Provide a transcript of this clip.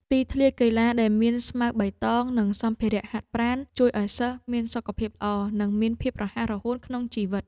ទីធ្លាកីឡាដែលមានស្មៅបៃតងនិងសម្ភារៈហាត់ប្រាណ ជួយឱ្យសិស្សមានសុខភាពល្អនិងមានភាពរហ័សរហួនក្នុងជីវិត។